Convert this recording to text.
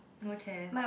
no chairs